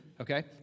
Okay